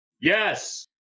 Yes